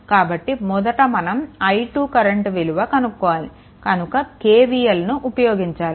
కాబట్టి మొదట మనం i2 కరెంట్ విలువ కనుక్కోవాలి కనుక KVLను ఉపయోగించాలి